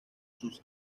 sus